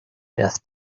death